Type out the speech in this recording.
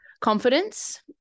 confidence